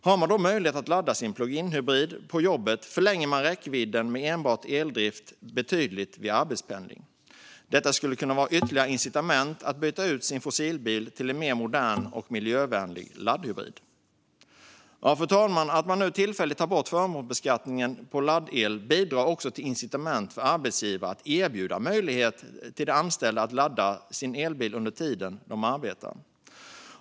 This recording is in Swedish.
Har man då möjlighet att ladda sin plug in-hybrid på jobbet förlänger man räckvidden med enbart eldrift betydligt vid arbetspendling. Detta skulle kunna vara ytterligare ett incitament att byta ut sin fossilbil till en modernare och mer miljövänlig laddhybrid. Fru talman! Att man nu tillfälligt tar bort förmånsbeskattningen på laddel bidrar också till incitament för arbetsgivare att erbjuda en möjlighet för de anställda att ladda elbilen under tiden de arbetar.